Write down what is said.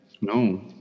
No